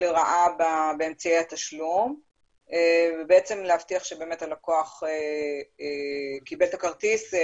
לרעה באמצעי התשלום ובעצם להבטיח שבאמת הלקוח קיבל את הכרטיס.